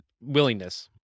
willingness